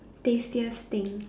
tastiest thing